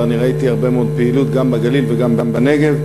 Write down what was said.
אני ראיתי הרבה מאוד פעילות גם בגליל וגם בנגב.